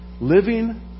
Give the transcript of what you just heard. living